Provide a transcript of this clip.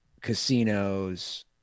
Casinos